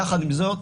יחד עם זאת,